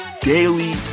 daily